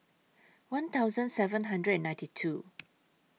one thousand seven hundred and ninety two